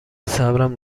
صبرم